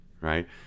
right